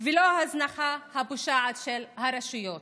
ולא ההזנחה הפושעת של הרשויות.